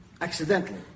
Accidentally